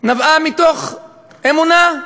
נבעה מאמונה: